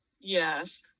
yes